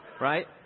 Right